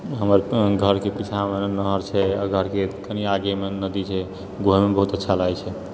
हमर घरके पीछाँमे नहर छै आ घरके कनी आगेमे नदी छै घुमएमे बहुत अच्छा लागैत छै